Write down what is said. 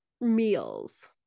meals